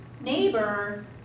neighbor